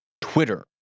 Twitter